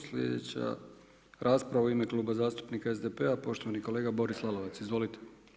Sljedeća rasprava u ime Kluba zastupnika SDP-a poštovani kolega Boris Lalovac, izvolite.